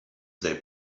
they